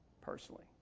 personally